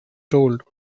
told